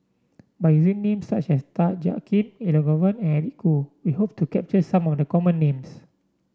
by using names such as Tan Jiak Kim Elangovan and Eric Khoo we hope to capture some of the common names